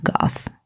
goth